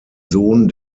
sohn